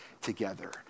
together